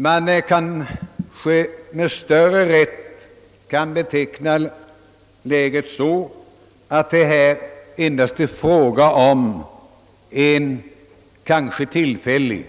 Man kanske med större rätt kan beteckna läget så, att det endast är fråga om en tillfällig